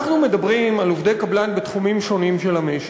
אנחנו מדברים על עובדי קבלן בתחומים שונים של המשק,